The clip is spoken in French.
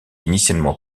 initialement